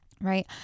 Right